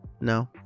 No